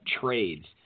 trades